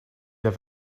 have